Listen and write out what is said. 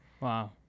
Wow